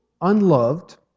unloved